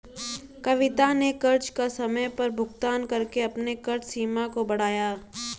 कविता ने कर्ज का समय पर भुगतान करके अपने कर्ज सीमा को बढ़ाया